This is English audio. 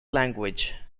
language